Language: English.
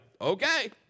okay